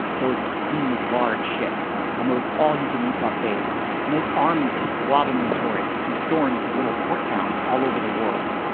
those obscenely large ships and those all you can eat buffets and those armies of slovenly tourists who storm into little port towns all over the world.